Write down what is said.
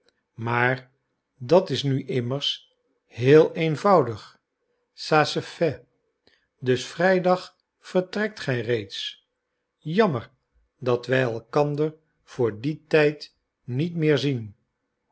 maar dat is nu immers heel eenvoudig ca se fait dus vrijdag vertrekt gij reeds jammer dat wij elkander vr dien tijd niet meer zien